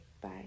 bye